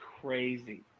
crazy